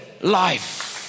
life